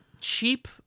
cheap